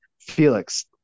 Felix